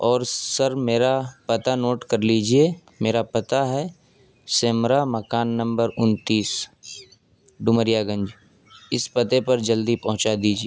اور سر میرا پتہ نوٹ کر لیجیے میرا پتہ ہے سیمرا مکان نمبر انتیس ڈومریا گنج اس پتے پر جلدی پہنچا دیجیے